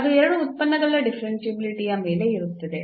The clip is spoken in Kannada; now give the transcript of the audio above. ಅದು ಎರಡು ಉತ್ಪನ್ನಗಳ ಡಿಫರೆನ್ಷಿಯಾಬಿಲಿಟಿ ಯ ಮೇಲೆ ಇರುತ್ತದೆ